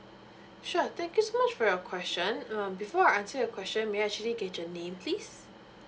sure thank you so much for your question um before I answer your question may I actually get your name please